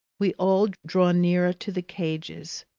we all drew nearer to the cages,